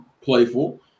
playful